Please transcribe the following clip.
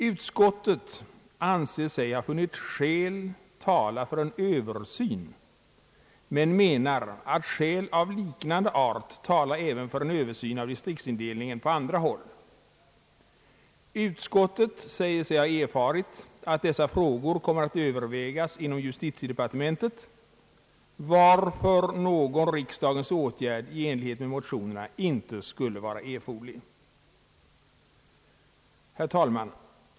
Utskottet anser sig ha funnit skäl tala för en översyn men menar att skäl av liknande art talar även för en översyn av distriktsindelningen på andra håll. Utskottet säger sig ha erfarit att dessa frågor kommer att övervägas inom justitiedepartementet, varför någon riksdagens åtgärd i enlighet med motionerna inte skulle vara erforderlig. Herr talman!